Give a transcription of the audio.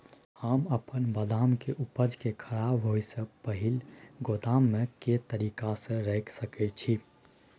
हम अपन बदाम के उपज के खराब होय से पहिल गोदाम में के तरीका से रैख सके छी?